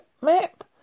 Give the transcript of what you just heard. Map